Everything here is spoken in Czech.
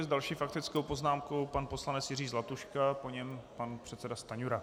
S další faktickou poznámkou pan poslanec Jiří Zlatuška, po něm pan předseda Stanjura.